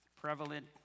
prevalent